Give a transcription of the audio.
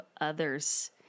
others